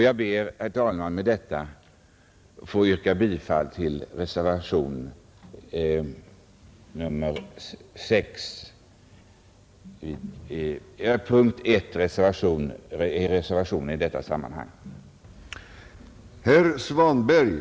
Jag ber, herr talman, med detta att få yrka bifall till reservationen I vid punkten 6.